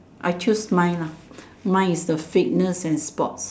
I choose mine lah mine is the fitness and sports